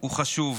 הוא חשוב,